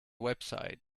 website